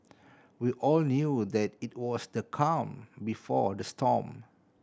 we all knew that it was the calm before the storm